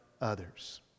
others